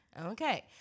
Okay